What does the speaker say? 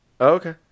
Okay